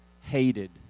hated